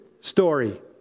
story